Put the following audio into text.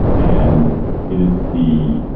and it is the